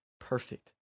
perfect